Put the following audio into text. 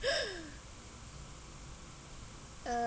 uh